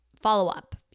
follow-up